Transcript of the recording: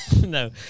No